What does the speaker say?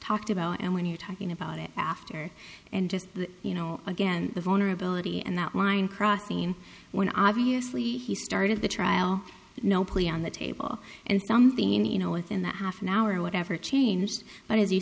talked about and when you're talking about it after and just you know again the vulnerability and that line crossbeam when obviously he started the trial no plea on the table and something in you know within that half an hour or whatever changed but as you